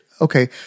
Okay